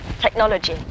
technology